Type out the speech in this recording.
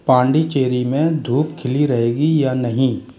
पांडिचेरी में धूप खिली रहेगी या नहीं